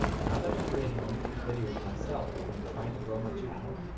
now that i'm creating youtube videos myself and i'm trying to grow my channel,